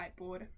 whiteboard